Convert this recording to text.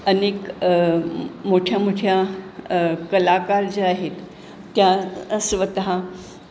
अनेक मोठ्या मोठ्या कलाकार ज्या आहेत त्या स्वतः